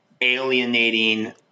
alienating